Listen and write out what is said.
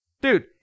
dude